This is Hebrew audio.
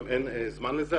גם אין זמן לזה,